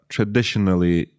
Traditionally